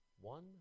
one